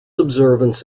observance